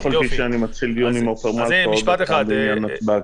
אף על פי שעוד מעט אני מתחיל דיון עם עופר מלכה בעניין נתב"ג.